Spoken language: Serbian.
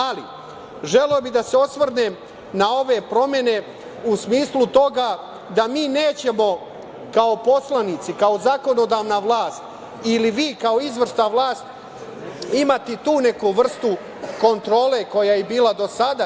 Ali, želeo bih da se osvrnem na ove promene u smislu toga da mi nećemo kao poslanici, kao zakonodavna vlast ili vi kao izvršna vlast, imati tu neku vrstu kontrole koja je bila i do sada.